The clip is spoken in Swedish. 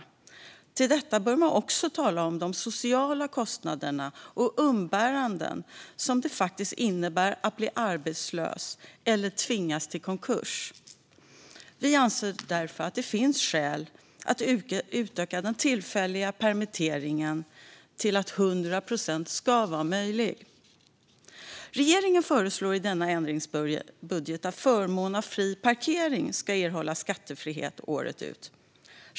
Utöver detta bör man också tala om de sociala kostnader och de umbäranden som det faktiskt innebär att bli arbetslös eller tvingas till konkurs. Vi anser därför att det finns skäl att utöka den tillfälliga permitteringen så att 100 procent blir möjligt. Regeringen föreslår i denna ändringsbudget att förmån av fri parkering ska erhålla skattefrihet året ut.